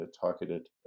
targeted